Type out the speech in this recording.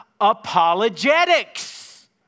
apologetics